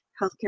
healthcare